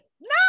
No